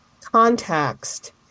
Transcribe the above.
context